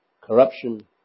corruption